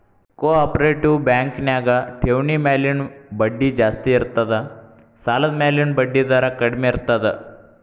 ಕೊ operative bank ನ್ಯಾಗ ಠೆವ್ಣಿ ಮ್ಯಾಲಿನ್ ಬಡ್ಡಿ ಜಾಸ್ತಿ ಇರ್ತದ ಸಾಲದ್ಮ್ಯಾಲಿನ್ ಬಡ್ಡಿದರ ಕಡ್ಮೇರ್ತದ